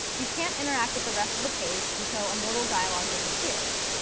you can't interact with the rest of the page until a modal dialog disappears.